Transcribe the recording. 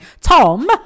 Tom